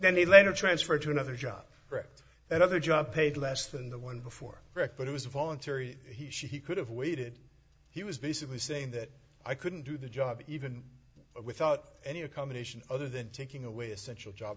he later transferred to another job correct another job paid less than the one before but it was voluntary he could have waited he was basically saying that i couldn't do the job even without any accommodation other than taking away essential job